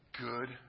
Good